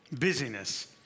busyness